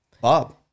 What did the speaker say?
Bob